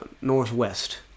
northwest